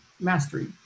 mastery